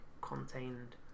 contained